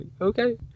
Okay